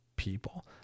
people